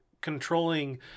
controlling